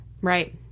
Right